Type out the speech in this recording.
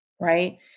right